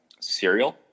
cereal